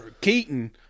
Keaton